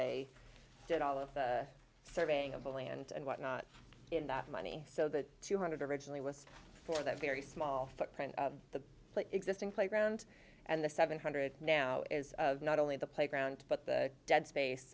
they did all of the surveying of the land and what not enough money so that two hundred originally was for that very small footprint of the existing playground and the seven hundred dollars now is not only the playground but the dead space